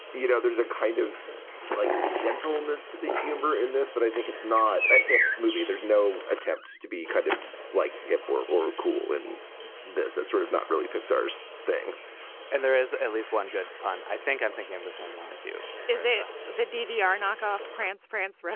you know, there's a kind of like gentleness to the humor in this that i think it's not a hip movie. there's no attempt to be kind of like hip or or cool in this. that's sort of not really pixar's thing and there is at least one good pun. i think i'm thinking of the same one as you is there the ddr knock-off? france, france?